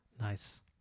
Nice